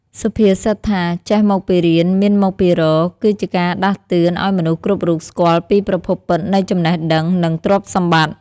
សុភាសិតថា «ចេះមកពីរៀន មានមកពីរក» គឺជាការដាស់តឿនឱ្យមនុស្សគ្រប់រូបស្គាល់ពីប្រភពពិតនៃចំណេះដឹង និងទ្រព្យសម្បត្តិ។